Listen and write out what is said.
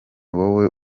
wowe